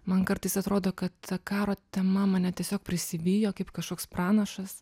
man kartais atrodo kad ta karo tema mane tiesiog prisivijo kaip kažkoks pranašas